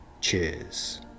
Cheers